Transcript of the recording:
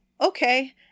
okay